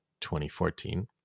2014